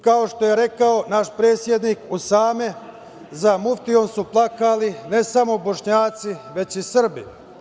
Kao što je rekao naš predsednik Usama, za muftijom su plakali ne samo Bošnjaci, već i Srbi.